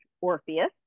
Orpheus